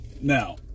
Now